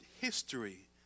history